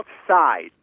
outside